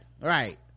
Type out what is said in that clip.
right